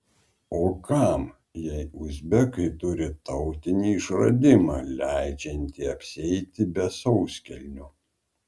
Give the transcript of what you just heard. o kam jei uzbekai turi tautinį išradimą leidžiantį apsieiti be sauskelnių